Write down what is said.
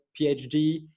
PhD